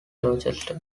dorchester